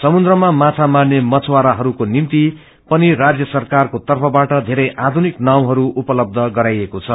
समुन्द्रमा माछा माने मधुवाराहरूको निम्ति पनि राज्य सरकारको तर्फबाट बेरै आधुनिक नाउँहरू उपलबष गराइएको छ